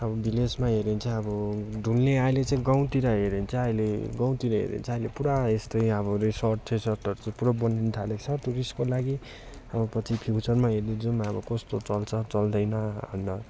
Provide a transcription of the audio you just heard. अब भिलेजमा हेऱ्यो भने चाहिँ अब डुल्ने अहिले चाहिँ गाउँतिर हेऱ्यो भने चाहिँ अहिले गाउँतिर हेऱ्यो भने चाहिँ अहिले पुरा यस्तै अब रिसर्ट सिसर्टहरू पुरा बनिनु थालेको छ टुरिस्टको लागि अब पछि फ्युचरमा हेर्दै जाउँ अब कस्तो चल्छ चल्दैन अन्त